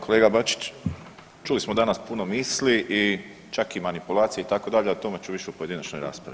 Kolega Bačić, čuli smo danas puno misli i čak i manipulacija itd., a o tome ću više u pojedinačnoj raspravi.